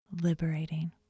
liberating